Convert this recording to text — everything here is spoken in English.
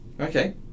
Okay